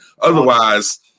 Otherwise